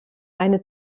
eine